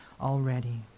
already